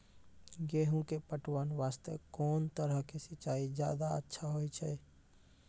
गेहूँ के पटवन वास्ते कोंन तरह के सिंचाई ज्यादा अच्छा होय छै?